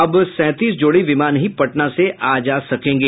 अब सैंतीस जोड़ी विमान ही पटना से आ जा सकेंगे